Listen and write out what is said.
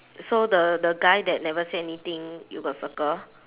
so the the guy that never say anything you got circle